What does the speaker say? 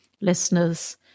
listeners